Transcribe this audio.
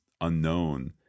unknown